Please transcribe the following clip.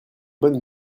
bonnes